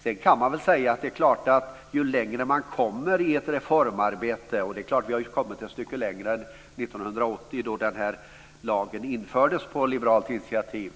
Sedan kan man väl säga att det är klart att vi har kommit ett stycke längre nu än 1980, då den här lagen infördes på liberalt initiativ.